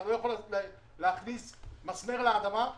הכול נעשה על פני השטח באמצעות בינוי,